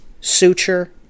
suture